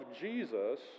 Jesus